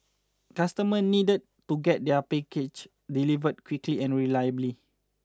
customers needed to get their packages delivered quickly and reliably